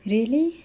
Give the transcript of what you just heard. really